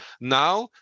Now